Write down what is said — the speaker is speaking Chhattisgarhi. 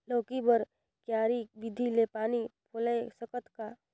लौकी बर क्यारी विधि ले पानी पलोय सकत का?